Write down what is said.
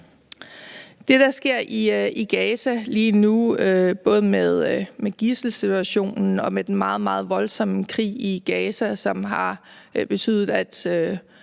Det, der sker i Gaza lige nu – både med gidselsituationen og med den meget, meget voldsomme krig i Gaza, som har betydet, at